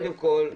קודם כל,